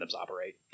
operate